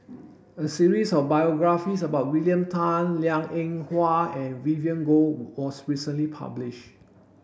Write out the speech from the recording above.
a series of biographies about William Tan Liang Eng Hwa and Vivien Goh was recently published